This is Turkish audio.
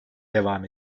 devam